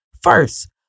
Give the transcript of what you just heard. First